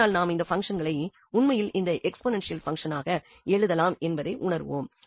ஆனால் நாம் இந்த பங்சன்களை உண்மையில் இந்த எக்ஸ்போநென்ஷியல் பங்சனாக எழுதலாம் என்பதை உணருவோம்